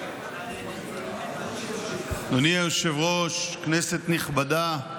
אדוני היושב-ראש, כנסת נכבדה,